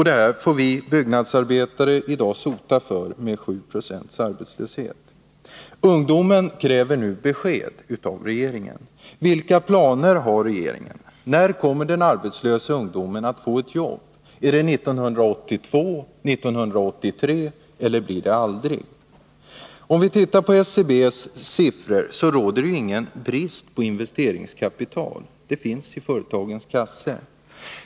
Det får vi byggnadsarbetare i dag sota för med 7 96 arbetslöshet. Ungdomen kräver nu besked. Vilka planer har regeringen? När kommer den arbetslösa ungdomen att få ett jobb — 1982, 1983 eller aldrig? Om vi tittar på SCB:s siffror, finner vi att det inte råder någon brist på investeringskapital. Sådant finns i företagens kassor.